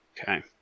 Okay